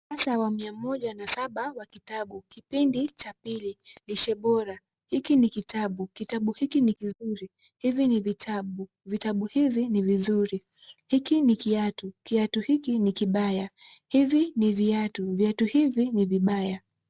Ukurasa wa mia moja na saba wa kitabu, kipindi cha pili. Lishe bora. Hiki ni kitabu, kitabu hiki ni kizuri. Hivi ni vitabu, vitabu hivi ni vizuri. Hiki ni kiatu, kiatu hiki ni kibaya. Hivi ni viatu, viatu hivi ni vibaya.